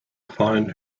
find